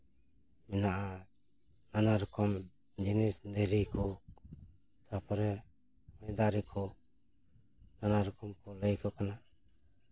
ᱢᱮᱱᱟᱜᱼᱟ ᱱᱟᱱᱟ ᱨᱚᱠᱚᱢ ᱡᱤᱱᱤᱥ ᱫᱷᱤᱨᱤ ᱠᱚ ᱛᱟᱨᱯᱚᱨᱮ ᱫᱟᱨᱮ ᱠᱚ ᱱᱟᱱᱟ ᱨᱚᱠᱚᱢ ᱠᱚ ᱞᱟᱹᱭ ᱠᱚ ᱠᱟᱱᱟ